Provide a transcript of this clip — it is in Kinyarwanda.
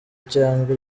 cyangwa